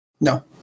No